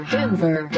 Denver